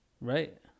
Right